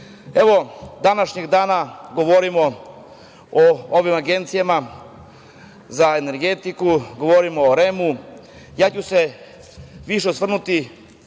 današnjeg dana govorimo o ovim agencijama za energetiku, govorimo o REM-u. Ja ću se više osvrnuti